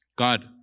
God